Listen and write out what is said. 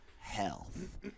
Health